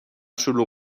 شلوغ